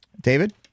David